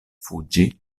fuĝi